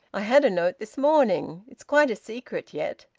i had a note this morning. it's quite a secret yet.